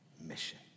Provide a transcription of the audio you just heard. mission